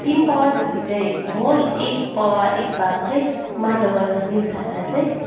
तिन पावा जति चाहिँ मल एक पावा एक भाग चाहिँ माटो गरेर मिसाएर चाहिँ